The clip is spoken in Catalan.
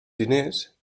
diners